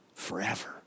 forever